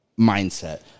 mindset